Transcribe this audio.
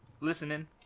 listening